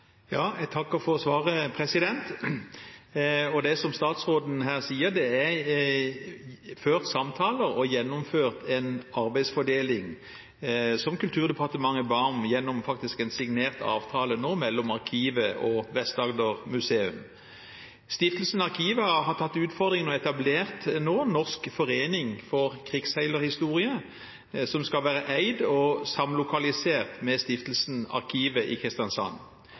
Jeg takker for svaret. Det er, som statsråden sier, ført samtaler og gjennomført en arbeidsfordeling gjennom en signert avtale mellom Arkivet og Vest-Agder-museet, som Kulturdepartementet ba om. Stiftelsen Arkivet har tatt utfordringen og etablert Norsk Senter for Krigsseilerhistorie, som skal være eid og samlokalisert ved Stiftelsen Arkivet i Kristiansand.